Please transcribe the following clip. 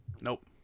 Nope